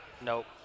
Nope